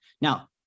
now